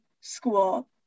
school